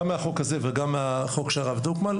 מהחוק הזה וגם מהחוק של הרב דרוקמן,